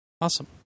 Awesome